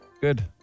Good